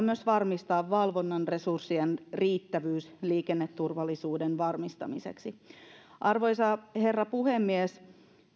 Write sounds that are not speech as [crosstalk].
[unintelligible] myös valvonnan resurssien riittävyys liikenneturvallisuuden varmistamiseksi arvoisa herra puhemies